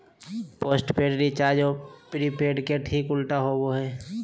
postpaid recharge prepaid के ठीक उल्टा होबो हइ